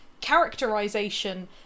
characterization